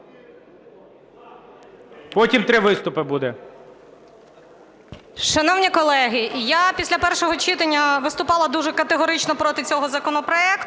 Потім три виступи буде.